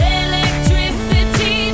electricity